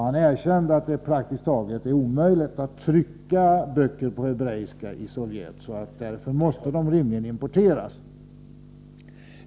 Man erkände att det är praktiskt taget omöjligt att trycka böcker på hebreiska i Sovjetunionen, varför böckerna rimligen måste importeras.